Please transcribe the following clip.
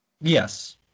Yes